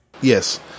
Yes